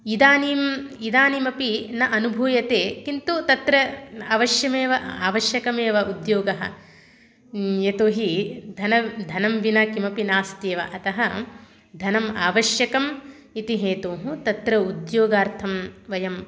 इदानीम् इदानीमपि न अनुभूयते किन्तु तत्र अवश्यमेव आवश्यकमेव उद्योगः यतो हि धनं धनं विना किमपि नास्त्येव अतः धनम् आवश्यकम् इति हेतोः तत्र उद्योगार्थं वयम्